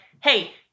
hey